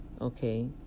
okay